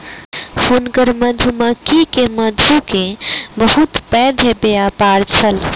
हुनकर मधुमक्खी के मधु के बहुत पैघ व्यापार छल